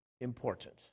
important